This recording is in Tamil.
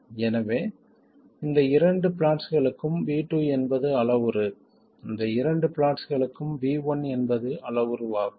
எனவே இந்த இரண்டு பிளாட்ஸ்களுக்கும் V2 என்பது அளவுரு இந்த இரண்டு பிளாட்ஸ்களுக்கும் V1 என்பது அளவுருவாகும்